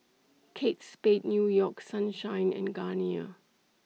Kate Spade New York Sunshine and Garnier